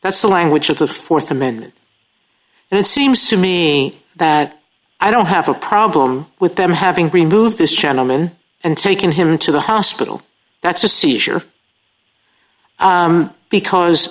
that's the language of the th amendment and it seems to me that i don't have a problem with them having removed this gentleman and taken him to the hospital that's a seizure because